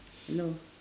hello